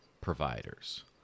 providers